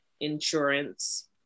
insurance